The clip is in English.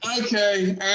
Okay